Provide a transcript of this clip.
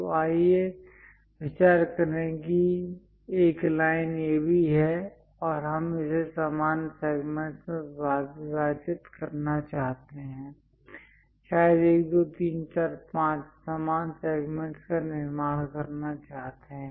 तो आइए विचार करें कि एक लाइन AB है और हम इसे समान सेगमेंटस् में विभाजित करना चाहते हैं शायद 1 2 3 4 5 समान सेगमेंटस् का निर्माण करना चाहते हैं